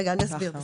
אני אסביר.